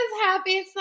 Happy